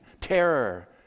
terror